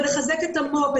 אבל לחזק את המו"פ,